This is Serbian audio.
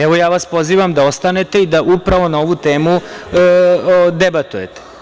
Evo, ja vas pozivam da ostanete i da upravo na ovu temu debatujete.